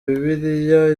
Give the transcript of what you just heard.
bibiliya